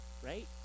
Right